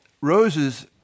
Roses